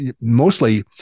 mostly